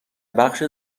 بخش